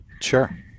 sure